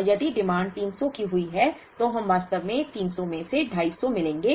और यदि मांग 300 की हुई तो हम वास्तव में 300 में से 250 मिलेंगे